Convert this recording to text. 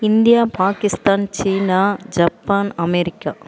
India Pakistan China Japan America